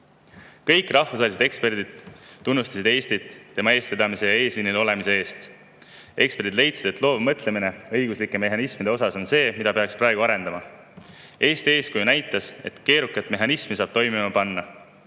Kõik rahvusvahelised eksperdid tunnustasid Eestit eestvedamise ja eesliinil olemise eest. Eksperdid leidsid, et loov mõtlemine õiguslike mehhanismide osas on see, mida peaks praegu arendama. Eesti eeskuju näitab, et keerukat mehhanismi saab toimima panna.